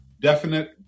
definite